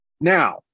Now